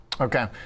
Okay